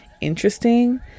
interesting